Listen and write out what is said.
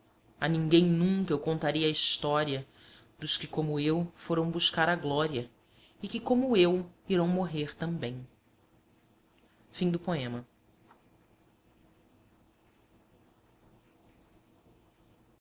a ninguém nunca eu contarei a história dos que como eu foram buscar a glória e que como eu irão morrer também a